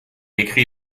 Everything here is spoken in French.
écrit